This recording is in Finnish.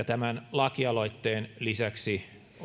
tämän lakialoitteen lisäksi olen tehnyt